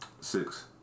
Six